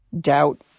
doubt